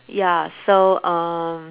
ya so uh